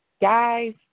Guys